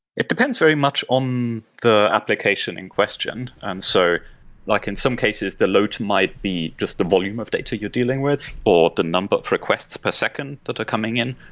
it depends very much on the application in question. and so like in some cases, the load might be just the volume of data you're dealing with, or the number of requests per second that are coming in,